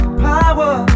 power